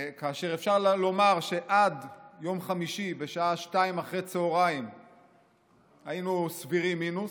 כאשר אפשר לומר שעד יום חמישי בשעה 14:00 היינו סבירים מינוס,